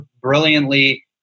brilliantly